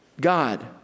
God